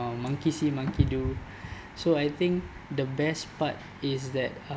uh monkey see monkey do so I think the best part is that